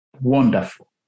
Wonderful